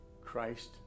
Christ